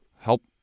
Help